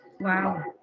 Wow